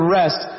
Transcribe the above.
rest